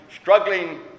struggling